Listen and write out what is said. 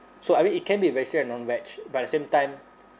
so I mean it can be vegetables and non vege but the same time